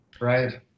right